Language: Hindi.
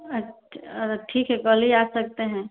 अच्छा तो ठीक है कल ही आ सकते हैं